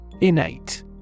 Innate